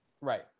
Right